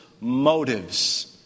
motives